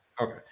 Okay